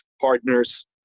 partners